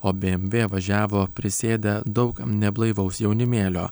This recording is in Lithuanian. o bmv važiavo prisėdę daug kam neblaivaus jaunimėlio